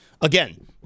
Again